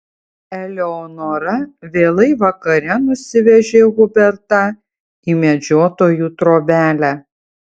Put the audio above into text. eleonora vėlai vakare nusivežė hubertą į medžiotojų trobelę